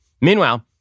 Meanwhile